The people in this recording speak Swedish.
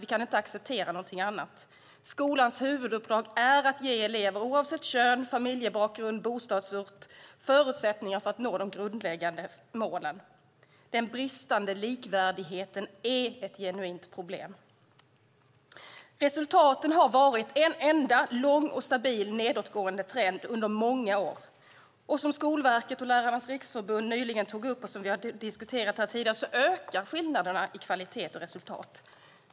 Vi kan inte acceptera någonting annat. Skolans huvuduppdrag är att ge elever oavsett kön, familjebakgrund och bostadsort förutsättningar för att nå de grundläggande målen. Den bristande likvärdigheten är ett genuint problem. Resultaten har visat på en enda lång, stabil, nedåtgående trend under många år. Som Skolverket och Lärarnas Riksförbund nyligen tog upp, och som vi diskuterat tidigare, ökar skillnaderna i kvalitet och resultat.